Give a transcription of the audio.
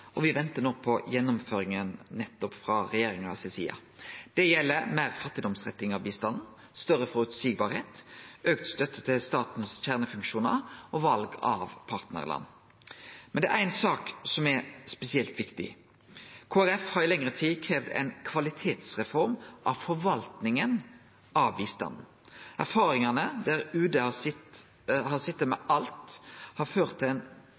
og me ventar no på gjennomføringa frå regjeringa si side. Det gjeld meir fattigdomsretting av bistanden, at han er meir føreseieleg, auka støtte til staten sine kjernefunksjonar og val av partnarland. Men det er éi sak som er spesielt viktig. Kristeleg Folkeparti har i lengre tid kravd ei kvalitetsreform av forvaltinga av bistanden. Erfaringane, der UD har sete med alt, har ført til